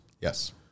yes